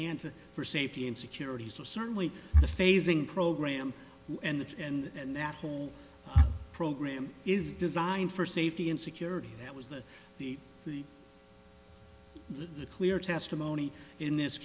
and for safety and security so certainly the phasing program and that and that whole program is designed for safety and security that was that the the clear testimony in this